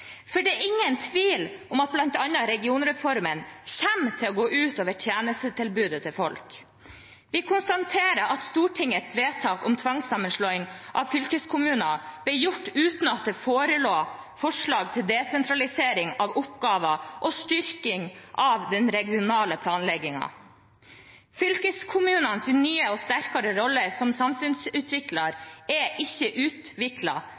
for det er ingen tvil om at bl.a. regionreformen kommer til å gå ut over tjenestetilbudet til folk. Vi konstaterer at Stortingets vedtak om tvangssammenslåing av fylkeskommuner ble gjort uten at det forelå forslag til desentralisering av oppgaver og styrking av den regionale planleggingen. Fylkeskommunenes nyere og sterkere rolle som